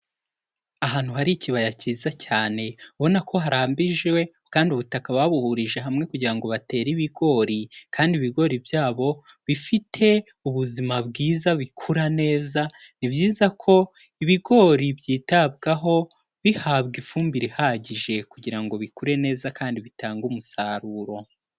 Ahantu hari ikibaya kiza cyane ubona ko harambijwe kandi ubutaka babuhurije hamwe kugira ngo batere ibigori, kandi ibigori byabo bifite ubuzima bwiza bikura neza, ni byiza ko ibigori byitabwaho bihabwa ifumbire ihagije kugira ngo bikure neza kandi bitange umusaruro.